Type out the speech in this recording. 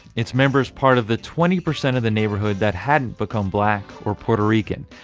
its members, part of the twenty percent of the neighborhood that hadn't become black or puerto rican.